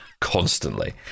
constantly